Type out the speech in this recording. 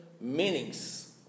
meanings